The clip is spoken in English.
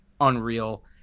unreal